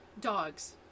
dogs